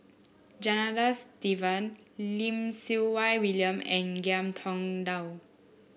Janadas Devan Lim Siew Wai William and Ngiam Tong Dow